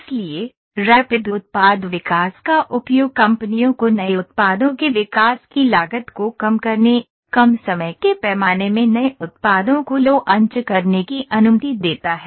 इसलिए रैपिड उत्पाद विकास का उपयोग कंपनियों को नए उत्पादों के विकास की लागत को कम करने कम समय के पैमाने में नए उत्पादों को लॉन्च करने की अनुमति देता है